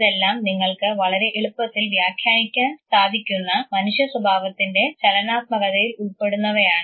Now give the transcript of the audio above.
ഇതെല്ലാം നിങ്ങൾക്ക് വളരെ എളുപ്പത്തിൽ വ്യാഖ്യാനിക്കാൻ സാധിക്കുന്ന മനുഷ്യ സ്വഭാവത്തിൻറെ ചലനാത്മകതയിൽ ഉൾപെടുന്നവയാണ്